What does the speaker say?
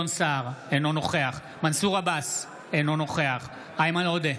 אינו נוכח מנסור עבאס, אינו נוכח איימן עודה,